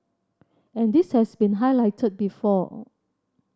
and this has been highlighted before